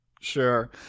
Sure